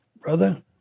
brother